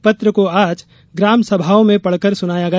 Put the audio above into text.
यह पत्र आज ग्राम सभाओं में पढ़कर सुनाया गया